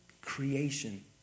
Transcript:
creation